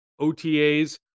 OTAs